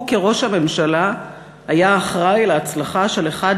הוא כראש הממשלה היה אחראי להצלחה של אחד